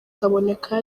kaboneka